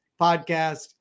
podcast